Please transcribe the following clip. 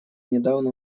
недавно